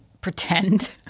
pretend